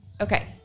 Okay